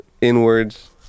inwards